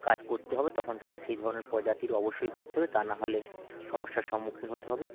কাজ করতে হবে তখন তাকে সেই ধরনের প্রজাতির অবশ্যই করতে হবে তা না হলে সমস্যার সম্মুখীন হতে হবে